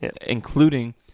including